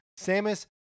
Samus